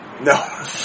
No